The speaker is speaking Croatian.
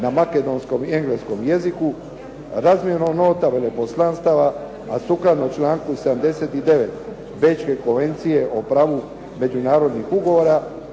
na makedonskom i engleskom jeziku, razmjenom nota veleposlanstava, a sukladno članku 79. Bečke konvencije o pravu međunarodnih ugovora,